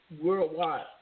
worldwide